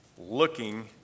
looking